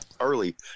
early